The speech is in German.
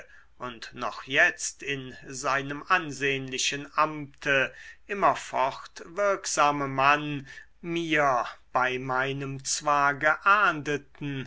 und noch jetzt in seinem ansehnlichen amte immerfort wirksame mann mir bei meinem zwar geahndeten